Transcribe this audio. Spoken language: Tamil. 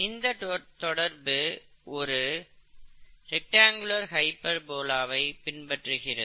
இந்த தொடர்பு ஒரு ரெக்டங்குளர் ஹைபர்போலா வை பின்பற்றுகிறது